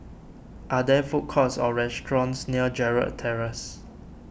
are there food courts or restaurants near Gerald Terrace